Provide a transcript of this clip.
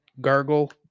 gargle